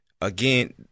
Again